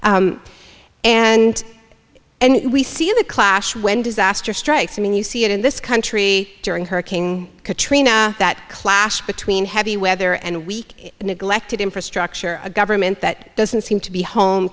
and and we see the clash when disaster strikes i mean you see it in this country during hurricane katrina that clash between heavy weather and weak neglected infrastructure a government that doesn't seem to be home